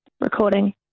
recording